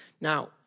Now